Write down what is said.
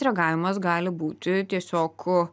reagavimas gali būti tiesiog